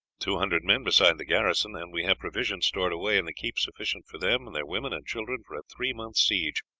two hundred men besides the garrison, and we have provisions stored away in the keep sufficient for them and their women and children for a three months' siege.